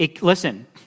Listen